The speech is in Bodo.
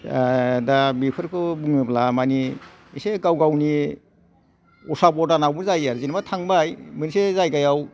दा बेफोरखौ बुङोब्ला माने एसे गाव गावनि असाबदानावबो जायो आरोखि जेनबा थांबाय मोनसे जायगायाव